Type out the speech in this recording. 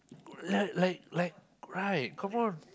like like like right come on